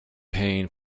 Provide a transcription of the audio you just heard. pain